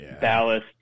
ballast